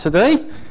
today